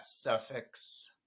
suffix